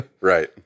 right